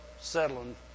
settling